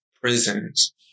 prisons